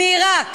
מעיראק.